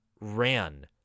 ran